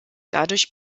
dadurch